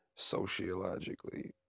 Sociologically